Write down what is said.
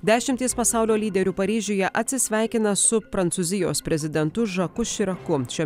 dešimtys pasaulio lyderių paryžiuje atsisveikina su prancūzijos prezidentu žaku širaku šiuo